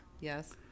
Yes